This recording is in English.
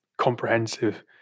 comprehensive